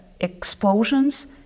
explosions